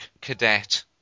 cadet